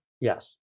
Yes